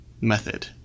method